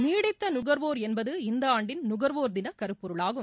நீடித்த நுகர்வோர் என்பது இந்த ஆண்டின் நுகர்வோர் தின கருப்பொருளாகும்